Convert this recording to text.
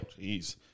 Jeez